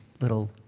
little